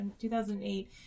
2008